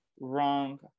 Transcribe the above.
Wrong